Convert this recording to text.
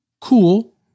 cool